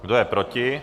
Kdo je proti?